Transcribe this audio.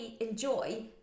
enjoy